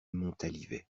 montalivet